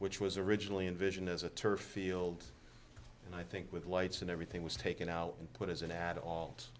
which was originally envisioned as a turf field and i think with lights and everything was taken out and put as an ad